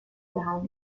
behind